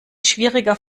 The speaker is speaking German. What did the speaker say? schwieriger